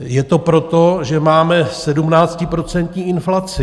Je to proto, že máme sedmnáctiprocentní inflaci.